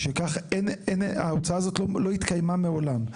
משכך אין, ההוצאה הזאת לא התקיימה מעולם.